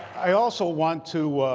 i also want to